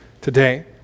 today